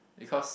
because